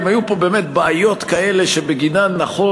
אם היו פה באמת בעיות כאלה שבגינן נכון